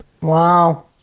wow